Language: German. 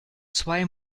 zwei